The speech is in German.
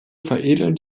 veredeln